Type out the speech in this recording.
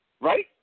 right